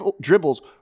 dribbles